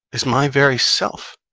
is my very self?